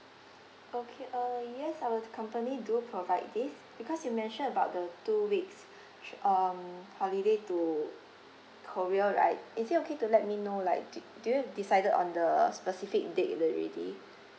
okay uh yes our t~ company do provide this because you mention about the two weeks sh~ um holiday to korea right is it okay to let me know like d~ do you decided on the specific date already